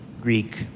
Greek